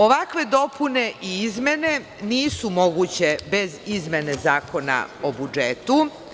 Ovakve dopune i izmene nisu moguće bez izmene Zakona o budžetu.